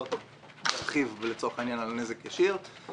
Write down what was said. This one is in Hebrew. לא ארחיב לצורך העניין על נזק ישיר.